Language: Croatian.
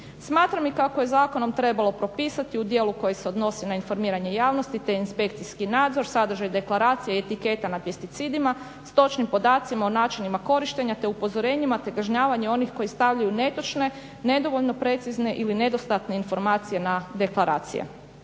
Smatram i kako je zakonom trebalo propisati u dijelu koje se odnosi na informiranje javnosti te inspekcijski nadzor, sadržaj deklaracije, etiketa na pesticidima s točnim podacima o načinima korištenja te upozorenjima te kažnjavanje onih koji stavljaju netočne, nedovoljno precizne ili nedostatne informacije na deklaracije.